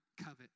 covet